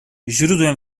źródłem